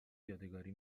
یادگاری